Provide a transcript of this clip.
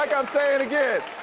like i'm sayin' again,